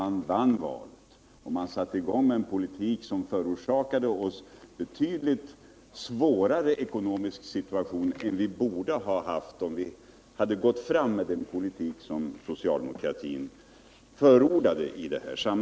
Man vann valet och satte i gång med en politik som ledde till en betydligt svårare ekonomisk situation än vi borde ha fått om vi gått fram med den politik som socialdemokratin förordade.